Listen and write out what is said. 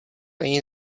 ani